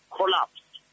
collapsed